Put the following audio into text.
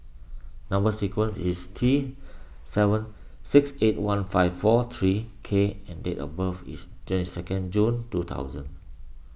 Number Sequence is T seven six eight one five four three K and date of birth is second June two thousand